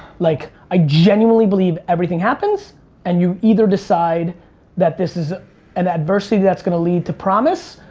like i genuinely believe everything happens and you either decide that this is an adversity that's gonna lead to promise,